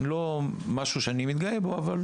לא משהו שאני מתגאה בו, אבל